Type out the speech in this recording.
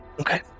Okay